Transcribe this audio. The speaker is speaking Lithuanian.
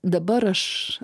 dabar aš